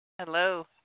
Hello